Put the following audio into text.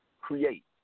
create